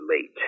late